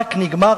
המשחק נגמר.